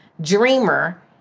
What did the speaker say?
dreamer